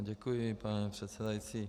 Děkuji, pane předsedající.